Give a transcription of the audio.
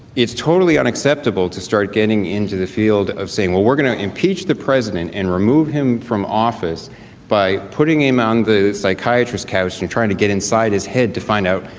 it's totally unacceptable to start getting into the field of saying, well, we're going to impeach the president and remove him from office by putting him on the psychiatrist couch. you're trying to get inside his head to find out.